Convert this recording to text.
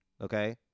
Okay